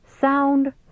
sound